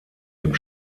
dem